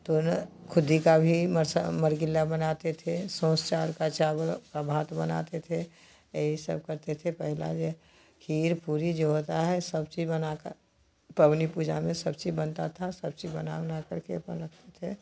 तो खुद्दी का भी मरगिल्ला बनाते थे सौँस चावल का चावल भात बनाते थे यही सब करते थे पहला जो खीर पूड़ी जो होती है सब चीज़ बनाकर पबनी पूजा में सब चीज़ बनती थी सब चीज़ बना उना करके अपना रखते थे